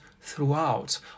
throughout